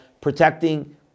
protecting